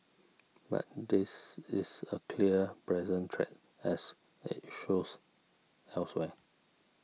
but this is a clear present threat as it shows elsewhere